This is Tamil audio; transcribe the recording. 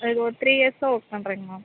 இது ஒரு த்ரீ இயர்ஸாக ஒர்க் பண்ணுறேங்க மேம்